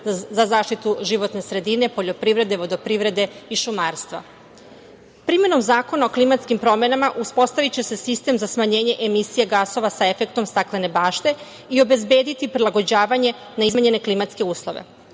za zaštitu životne sredine, poljoprivrede, vodoprivrede i šumarstva. Primenom Zakona o klimatskim promenama uspostaviće se sistem za smanjenje emisije gasova sa efektom staklene bašte i obezbediti prilagođavanje na izmenjene klimatske uslove.